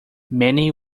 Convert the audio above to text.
many